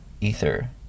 Ether